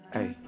Hey